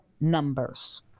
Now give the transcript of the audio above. numbers